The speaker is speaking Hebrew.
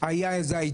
היה איזה,